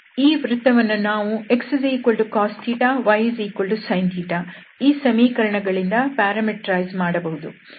ಈ ವೃತ್ತವನ್ನು ನಾವು xcos ysin ಈ ಸಮೀಕರಣಗಳಿಂದ ಪ್ಯಾರಾಮೆಟ್ರೈಸ್ ಮಾಡಬಹುದು